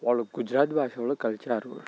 వాళ్ళు గుజరాత్ భాషోళ్ళు కలిశారు